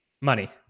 Money